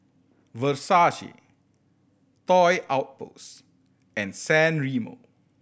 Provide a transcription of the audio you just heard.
Versace Toy Outpost and San Remo